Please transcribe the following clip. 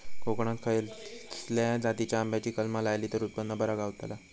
कोकणात खसल्या जातीच्या आंब्याची कलमा लायली तर उत्पन बरा गावताला?